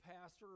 Pastor